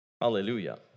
Hallelujah